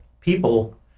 people